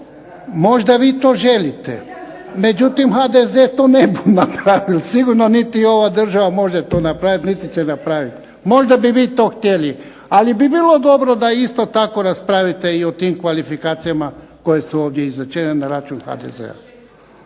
Možda vi to želite, međutim HDZ to ne bu napravil sigurno, niti ova država može to napraviti, niti će napravit. Možda bi vi to htjeli, ali bi bilo dobro da isto tako raspravite i o tim kvalifikacijama koje su ovdje izrečene na račun HDZ-a.